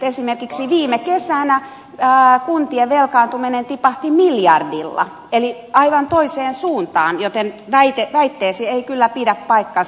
esimerkiksi viime kesänä kuntien velkaantuminen tipahti miljardilla eli aivan toiseen suuntaan joten väitteesi ei kyllä pidä paikkansa